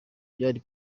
byari